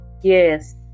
Yes